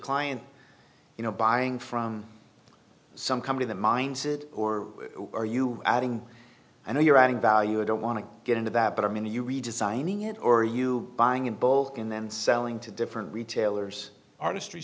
client you know buying from some company the minds it or are you adding and you're adding value i don't want to get into that but i mean you redesigning it or you buying in bulk and then selling to different retailers artist